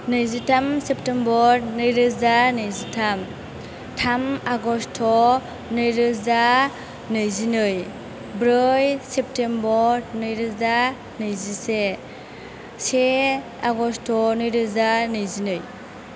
नैजिथाम सेप्तेम्बर नैरोजा नैजिथाम थाम आगष्ट' नै रोजा नैजिनै ब्रै सेप्तेम्बर नै रोजा नैजिसे से आगष्ट' नै रोजा नैजिनै